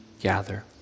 gather